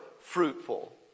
fruitful